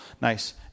nice